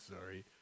sorry